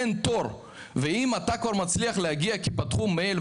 אין תור ואם אתה כבר מצליח להגיע כי פתחו מייל,